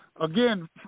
again